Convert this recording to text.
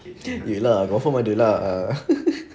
iya lah confirm ada lah